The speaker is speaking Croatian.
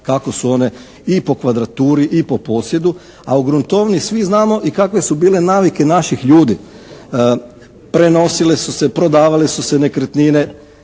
kako su one i po kvadraturi i po posjedu, a u gruntovnici svi znamo i kakve su bile navike naših ljudi, prenosile su se, prodavale su se nekretnine,